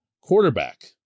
quarterback